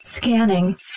Scanning